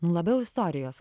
labiau istorijos